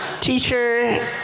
teacher